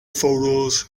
photos